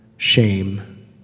shame